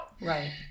Right